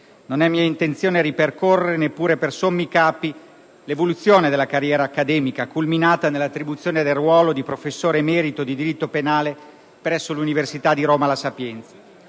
Non è mia intenzione ripercorrere, neppure per sommi capi, l'evoluzione della sua carriera accademica, culminata nell'attribuzione del ruolo di professore emerito di diritto penale presso l'università di Roma "La Sapienza".